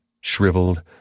shriveled